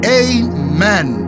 amen